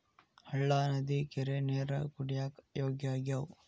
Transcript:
ಹಳ್ಳಾ ನದಿ ಕೆರಿ ನೇರ ಕುಡಿಯಾಕ ಯೋಗ್ಯ ಆಗ್ಯಾವ